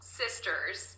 sisters